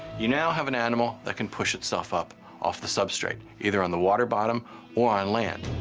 you now have an animal that can push itself up off the substrate, either on the water bottom or on land.